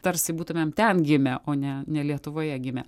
tarsi būtumėm ten gimę o ne ne lietuvoje gimę